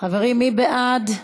חברים, מי בעד?